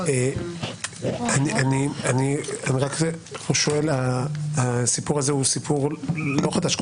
אני רק שואל, הסיפור הזה הוא סיפור לא חדש.